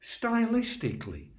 stylistically